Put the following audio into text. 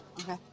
Okay